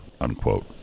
unquote